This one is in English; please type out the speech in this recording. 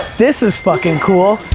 this is fucking cool.